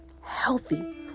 healthy